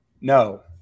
No